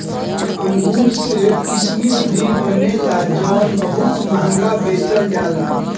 अंगूर से किसमिश भी बनेला जवन बहुत महंगा बेचल जाला